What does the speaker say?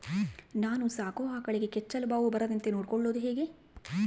ನಾನು ಸಾಕೋ ಆಕಳಿಗೆ ಕೆಚ್ಚಲುಬಾವು ಬರದಂತೆ ನೊಡ್ಕೊಳೋದು ಹೇಗೆ?